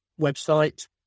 website